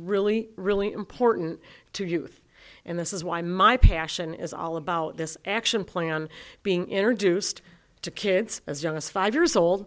really really important to youth and this is why my passion is all about this action plan being introduced to kids as young as five years old